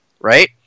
right